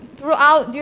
Throughout